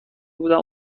بودم